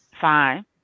fine